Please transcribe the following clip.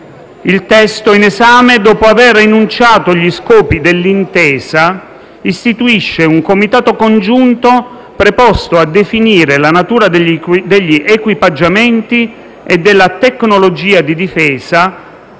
Il testo in esame, dopo aver enunciato gli scopi dell'intesa, istituisce un Comitato congiunto preposto a definire la natura degli equipaggiamenti e della tecnologia di difesa